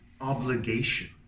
obligation